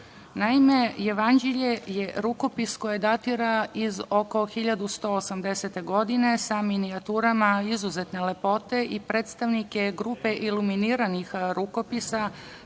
Naime, jevanđelje je rukopis koji datira iz oko 1180. godine, sa minijaturama izuzetne lepote i predstavnik je grupe iluminiranih rukopisa